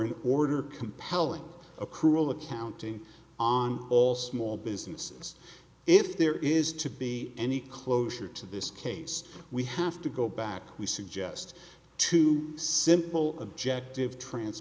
an order compelling accrual accounting on all small businesses if there is to be any closure to this case we have to go back we suggest to simple objective tran